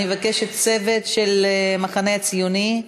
אני מבקשת, הצוות של המחנה הציוני,